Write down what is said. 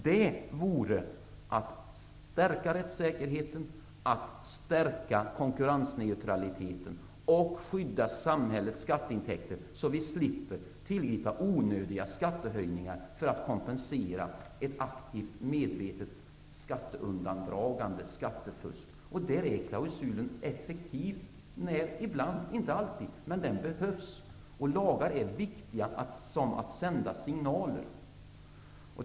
Det vore att stärka rättssäkerheten och konkurrensneutraliteten och skydda samhällets skatteintäkter, så att vi slipper tillgripa onödiga skattehöjningar för att kompensera ett aktivt, medvetet skatteundandragande och skattefusk. På den punkten är klausulen effektiv, om än inte alltid. Den behövs. Lagar är viktiga för att sända signaler.